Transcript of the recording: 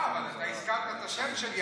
מה, אבל אתה הזכרת את השם שלי.